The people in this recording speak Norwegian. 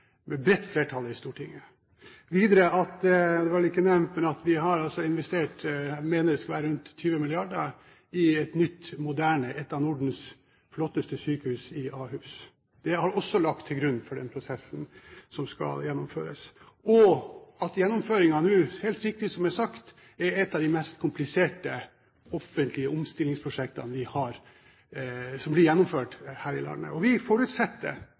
med bredt flertall i Stortinget. Videre, det var vel ikke nevnt, men vi har altså investert rundt 20 milliarder kr, mener jeg det skal være, i et nytt, moderne sykehus, et av Nordens flotteste – Ahus. Det er også lagt til grunn for den prosessen som skal gjennomføres. Dette er, helt riktig som det er sagt, et av de mest kompliserte offentlige omstillingsprosjektene som blir gjennomført her i landet. Og vi forutsetter,